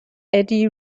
eddie